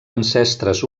ancestres